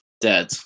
Dead